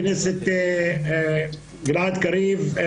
אנחנו יודעים שידיעת השפה הערבית והתרבות הערבית